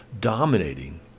dominating